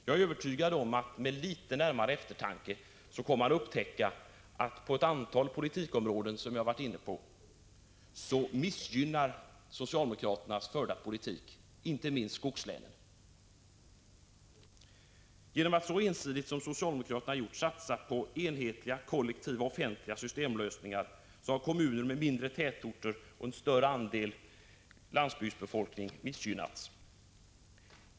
Jag är övertygad om att socialdemokraterna vid litet närmare eftertanke kommer att upptäcka att den förda politiken på ett antal av de politikområden som jag varit inne på missgynnar inte minst skogslänen. Genom att socialdemokraterna så ensidigt satsar på enhetliga kollektiva eller offentliga systemlösningar har kommuner med mindre tätorter och stor andel landsbygdsbefolkning missgynnats.